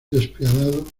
despiadado